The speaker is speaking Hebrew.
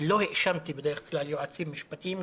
לא האשמתי בדרך כלל יועצים משפטיים,